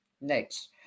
Next